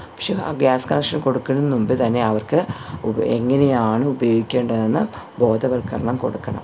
പക്ഷേ ആ gas connection കൊടുക്കുന്നതിന് മുൻപ് തന്നെ അവർക്ക് എങ്ങനെയാണ് ഉപയോഗിക്കേണ്ടതെന്ന് ബോധവൽകരണം കൊടുക്കണം